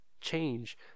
change